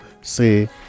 say